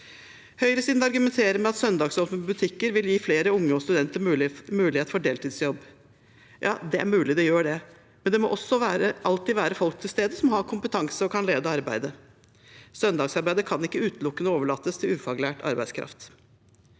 Høyresiden argumenterer med at søndagsåpne butikker vil gi flere unge og studenter mulighet for deltidsjobb. Ja, det er mulig det gjør det, men det må også alltid være folk til stede som har kompetanse og kan lede arbeidet. Søndagsarbeidet kan ikke utelukkende overlates til ufaglært arbeidskraft.